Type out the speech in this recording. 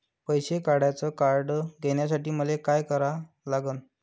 पैसा काढ्याचं कार्ड घेण्यासाठी मले काय करा लागन?